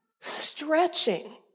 stretching